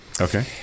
Okay